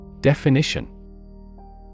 Definition